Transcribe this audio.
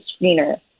screener